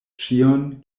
ĉion